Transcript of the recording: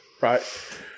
Right